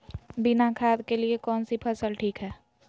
बिना खाद के लिए कौन सी फसल ठीक है?